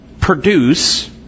produce